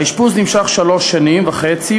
האשפוז נמשך שלוש שנים וחצי,